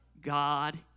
God